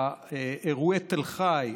באירועי תל חי,